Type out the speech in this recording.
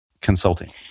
Consulting